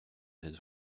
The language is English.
his